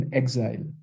exile